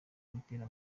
umupira